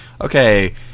Okay